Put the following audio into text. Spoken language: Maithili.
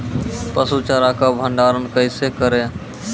पसु चारा का भंडारण कैसे करें?